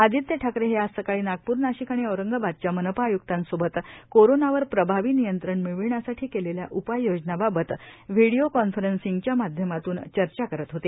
आदित्य ठाकरे हे आज सकाळी नागपूर नाशिक आणि औरंगाबादच्या मनपा आय्क्तांसोबत कोरोनावर प्रभावी नियंत्रण मिळविण्यासाठी केलेल्या उपाययोजनाबाबत व्हिडीओ कोन्फरांसिंगच्या माध्यमातून चर्चा करत होते